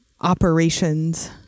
operations